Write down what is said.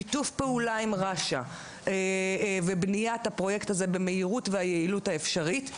שיתוף פעולה עם רש"א ובניית הפרויקט הזה במהירות והיעילות האפשרית,